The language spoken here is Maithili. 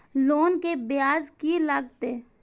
लोन के ब्याज की लागते?